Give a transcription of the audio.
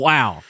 Wow